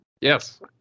Yes